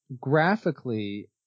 graphically